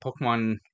Pokemon